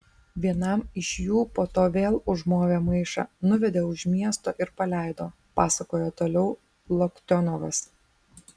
vienam iš jų po to vėl užmovė maišą nuvedė už miesto ir paleido pasakojo toliau loktionovas